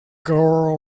girl